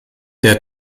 der